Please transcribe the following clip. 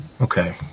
Okay